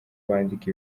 bandika